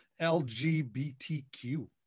LGBTQ